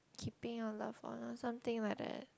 keeping your love one or something like that